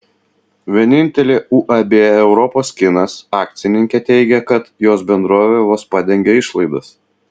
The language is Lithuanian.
vienintelė uab europos kinas akcininkė teigia kad jos bendrovė vos padengia išlaidas